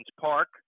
park